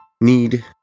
need